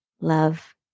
love